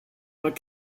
what